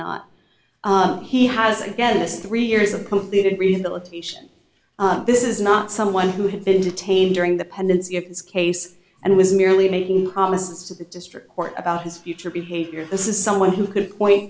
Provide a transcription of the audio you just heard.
not he has again this three years of completed rehabilitation this is not someone who had been detained during the pendency of this case and was merely making promises to the district court about his future behavior this is someone who could point